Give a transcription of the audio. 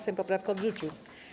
Sejm poprawkę odrzucił.